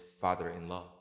father-in-law